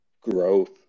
growth